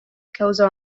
causò